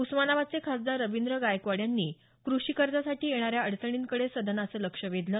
उस्मानाबादचे खासदार रवींद्र गायकवाड यांनी कृषी कर्जासाठी येणाऱ्या अडचणींकडे सदनाचं लक्ष वेधलं